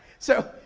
so,